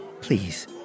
Please